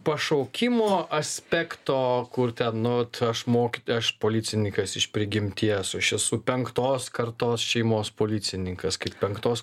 pašaukimo aspekto kur ten nu vat aš mokyt aš policininkas iš prigimties aš esu penktos kartos šeimos policininkas kaip penktos